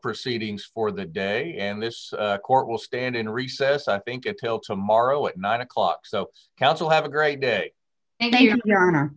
proceedings for the day and this court will stand in recess i think it til tomorrow at nine o'clock so council have a great day